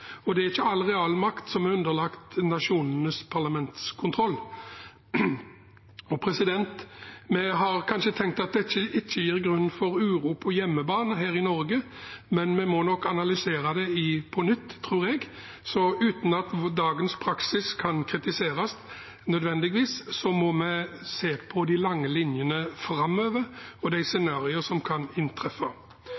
og det er ikke all realmakt som er underlagt nasjonenes parlamentskontroll. Vi har kanskje tenkt at dette ikke gir grunn til uro på hjemmebane her i Norge, men vi må nok analysere det på nytt, tror jeg. Så uten at dagens praksis nødvendigvis kan kritiseres, må vi se på de lange linjene framover og de scenarioene som kan inntreffe. For Kristelig Folkeparti er det